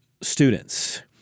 students